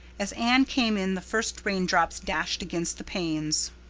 as anne came in the first raindrops dashed against the panes.